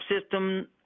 system